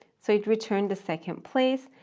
so it returns the second place,